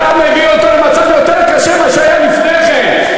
אתה מביא אותו למצב יותר קשה מאשר היה לפני כן.